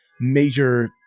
major